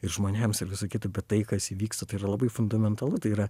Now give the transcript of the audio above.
ir žmonėms ir visa kita bet tai kas įvyksta tai yra labai fundamentalu tai yra